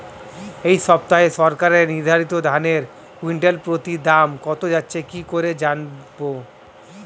এই সপ্তাহে সরকার নির্ধারিত ধানের কুইন্টাল প্রতি দাম কত যাচ্ছে কি করে জানবো?